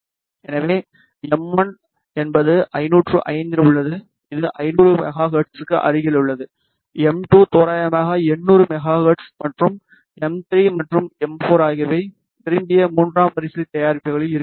எனவே எம் 1 என்பது 505 இல் உள்ளது இது 500 மெகா ஹெர்ட்ஸுக்கு அருகில் உள்ளது எம் 2 தோராயமாக 800 மெகா ஹெர்ட்ஸ் மற்றும் எம் 3 மற்றும் எம் 4 ஆகியவை விரும்பிய மூன்றாம் வரிசை தயாரிப்புகளில் இருக்க வேண்டும்